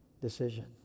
decision